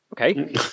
okay